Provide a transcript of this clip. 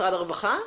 משרד הרווחה?